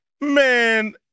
Man